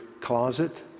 closet